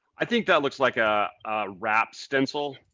i think that looks like a wrap stencil.